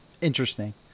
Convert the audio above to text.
Interesting